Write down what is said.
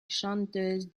chanteuse